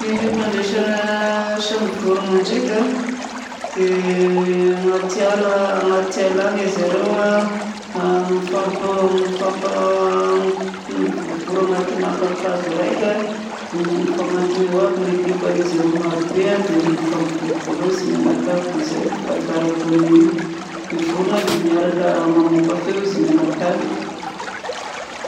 Ny fifandraisana samy vorona ndraika a dia agnaty ala agnaty ala any zareo mifampa- mivorivory agnatina kakazo raika dia manatona eo aby ny ekipan'izy zareo marobe dia mifampivorivory eo izy mianankavy dia miaraka mamoaka feo izy mianankavy.